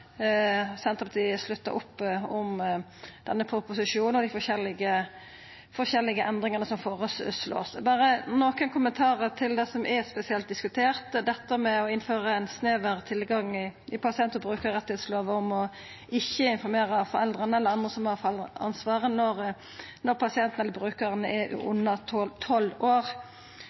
Senterpartiet sluttar opp om denne proposisjonen og dei forskjellige endringane som vert føreslåtte. Eg har berre nokre kommentarar til det som er spesielt diskutert, dette med å innføra ein snever tilgang i pasient- og brukarrettslova til ikkje å informera foreldra eller andre som har foreldreansvaret, når pasienten eller brukaren er under tolv år,